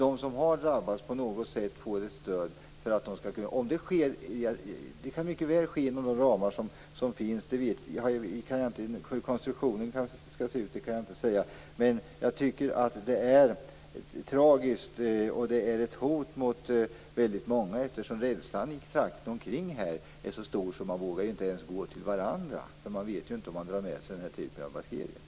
De som har drabbats borde på något sätt få ett stöd. Det kan mycket väl ske inom de ramar som finns, men jag kan inte säga hur konstruktionen skall se ut. Detta är tragiskt, och det är ett hot mot väldigt många, eftersom rädslan i trakten omkring är så stor att människor inte ens vågar gå till varandra därför att man inte vet om man drar med sig den här typen av bakterier.